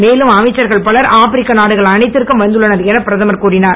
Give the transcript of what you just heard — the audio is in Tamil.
மேலும் அமைச்சர்கள் பலர் ஆப்பிரிக்க நாடுகள் அனைத்திற்கும் வந்துள்ளனர் என பிரதமர் கூறினார்